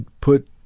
put